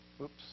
Oops